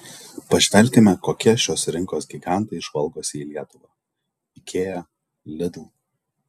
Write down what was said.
pažvelkime kokie šios rinkos gigantai žvalgosi į lietuvą ikea lidl